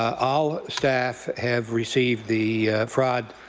all staff have received the fraud